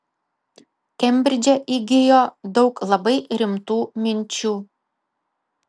kembridže įgijo daug labai rimtų minčių